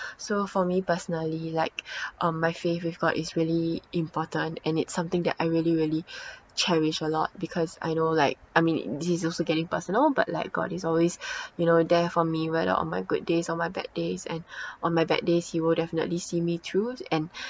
so for me personally like um my faith with god is really important and it's something that I really really cherish a lot because I know like I mean this is also getting personal but like god is always you know there for me whether on my good days or my bad days and on my bad days he will definitely see me through and